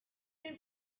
been